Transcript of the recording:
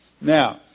Now